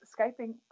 Skyping